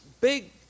big